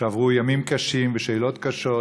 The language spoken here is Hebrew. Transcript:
שעברו ימים קשים ושאלות קשות